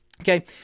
Okay